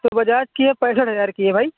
سر بجاج کی ایک پینسٹھ ہزار کی ہے بھائی